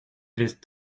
with